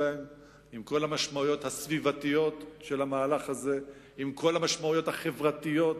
עם כל המשמעויות הסביבתיות ועם כל המשמעויות החברתיות